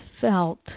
felt